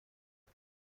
هستم